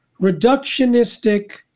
reductionistic